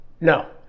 No